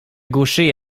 gaucher